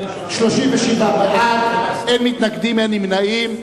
37 בעד, אין מתנגדים ואין נמנעים.